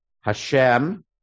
Hashem